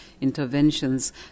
interventions